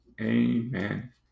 Amen